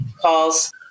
calls